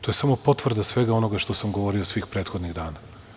To je samo potvrda svega onoga što sam govorio svih prethodnih dana.